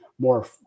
more